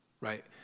right